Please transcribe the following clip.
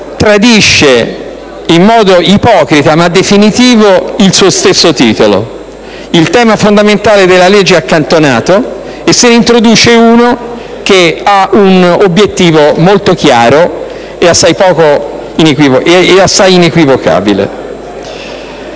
tradisce in modo ipocrita, ma definitivo il suo stesso titolo. Il tema fondamentale della legge è accantonato e se ne introduce uno che ha un obiettivo molto chiaro e inequivocabile.